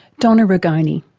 donna rigoni.